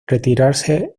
retirarse